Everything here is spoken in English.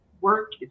work